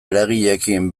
eragileekin